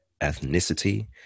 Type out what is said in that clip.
ethnicity